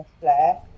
flare